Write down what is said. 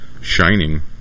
shining